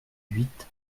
huit